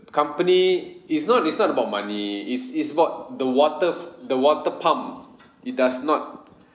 company it's not it's not about money it's it's about the water f~ the water pump it does not